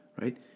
right